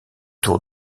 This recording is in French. tour